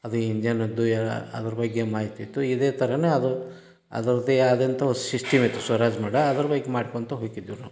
ಅದು ಇಂಜನ್ನದ್ದು ಯಾ ಅದ್ರ ಬಗ್ಗೆ ಮಾಹಿತಿ ಇತ್ತು ಇದೇ ಥರವೇ ಅದು ಅದ್ರದ್ದೇ ಆದಂಥ ಒಂದು ಸಿಸ್ಟಿಮ್ ಇತ್ತು ಸ್ವರಾಜ್ ಮಾಡ ಅದರ ಬಗ್ಗೆ ಮಾಡ್ಕೊಳ್ತ ಹೊಗ್ತಿದ್ವಿ ನಾವು